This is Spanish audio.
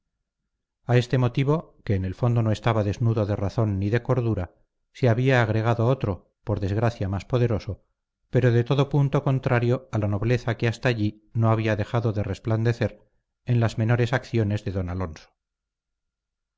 a este motivo que en el fondo no estaba desnudo de razón ni de cordura se había agregado otro por desgracia más poderoso pero de todo punto contrario a la nobleza que hasta allí no había dejado de resplandecer en las menores acciones de don alonso